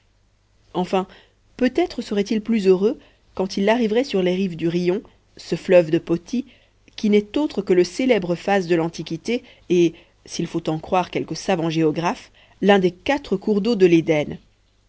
enfin peut-être serait-il plus heureux quand il arriverait sur les rives du rion ce fleuve de poti qui n'est autre que le célèbre phase de l'antiquité et s'il faut en croire quelques savants géographes l'un des quatre cours d'eau de l'éden